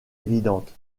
évidente